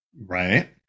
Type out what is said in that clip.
Right